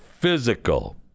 physical